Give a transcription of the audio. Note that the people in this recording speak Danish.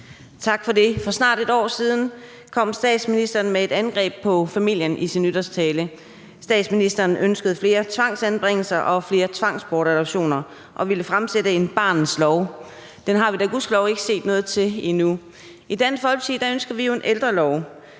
Tak for det. For snart et år siden kom statsministeren med et angreb på familien i sin nytårstale. Statsministeren ønskede flere tvangsanbringelser og flere tvangsbortadoptioner og ville fremsætte en barnets lov. Den har vi da gudskelov ikke set noget til endnu. I Dansk Folkeparti ønsker vi jo en ældrelov,